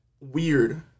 weird